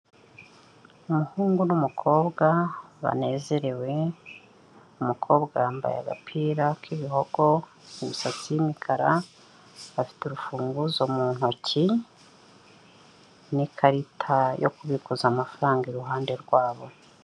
Umuhungu n' umukobwa banezerewe. Umukobwa yambaye agapira k'ibihogo, imisatsi y'umukara bafite urufunguzo mu ntoki, n'ikarita yo kubikuza amafaranga iruhande rwabo.